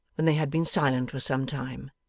when they had been silent for some time.